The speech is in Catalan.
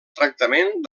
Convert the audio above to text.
tractament